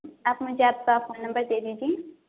آپ مجھے آپ کا فون نمبر دے دیجئے